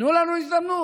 תנו לנו הזדמנות.